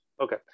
Okay